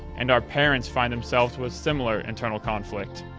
and our parents find themselves with similar internal conflict.